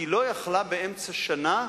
כי היא לא יכלה באמצע שנת